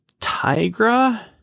Tigra